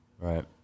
Right